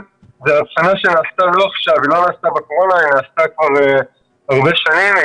ההבחנה הזו לא נעשתה עכשיו בקורונה אלא היא קיימת כבר הרבה שנים.